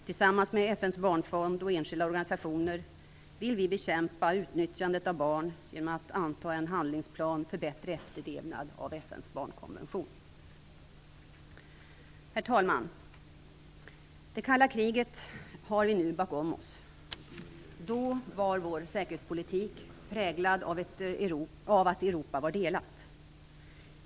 Tillsammans med FN:s barnfond och enskilda organisationer vill vi bekämpa utnyttjandet av barn genom att anta en handlingsplan för bättre efterlevnad av FN:s barnkonvention. Herr talman! Det kalla kriget har vi nu bakom oss. Då var vår säkerhetspolitik präglad av att Europa var delat.